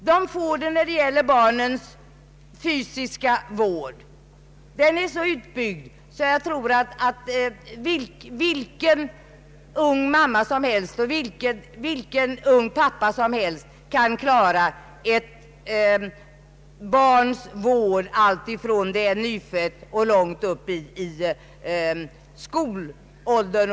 De får det när det gäller barnens fysiska vård, som är så utbyggd att vilken ung mamma eller pappa som helst torde kunna klara den sidan av saken alltifrån barnet är nyfött till långt upp i ungdomsåldern.